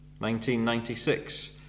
1996